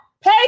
Pay